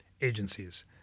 agencies